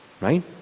Right